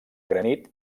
granit